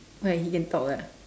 why he can talk ah